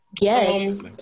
Yes